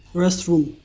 restroom